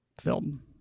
film